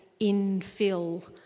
infill